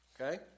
Okay